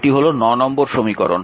এটি হল নম্বর সমীকরণ